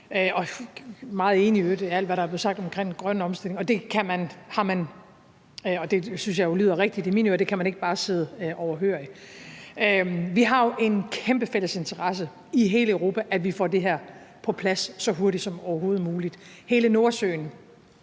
meget enig i alt, hvad der er sagt omkring den grønne omstilling – og jeg synes, det lyder rigtigt i mine ører, at det kan man ikke bare sidde overhørig. Vi har jo en kæmpe fælles interesse i hele Europa i, at vi får det her på plads så hurtigt som overhovedet muligt. Hele Nordsøen